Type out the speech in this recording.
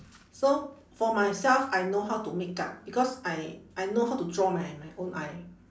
so for myself I know how to makeup because I I know how to draw my my own eye